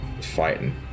fighting